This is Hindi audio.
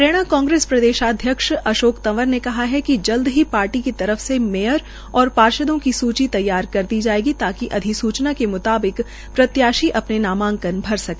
हरियाणा कांग्रेस प्रदेशाध्यक्ष अशोक तंवर ने कहा है कि जलद ही पार्टी की तरफ से मेयर और पार्षदो की सूची तैयार कर दी जायेगी ताकि अधिसूचना के म्ताबिक प्रतयाशी अपने नामांकन भर सके